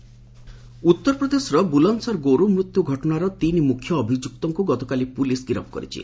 ବୁଲନ୍ଦସର ଉତ୍ତରପ୍ରଦେଶର ବୁଲନ୍ଦସର ଗୋରୁ ମୃତ୍ୟୁ ଘଟଣାର ତିନି ମୁଖ୍ୟ ଅଭିଯୁକ୍ତଙ୍କୁ ଗତକାଲି ପୁଲିସ୍ ଗିରଫ୍ କରିଛି